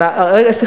אני חוזר בי.